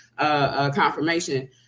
confirmation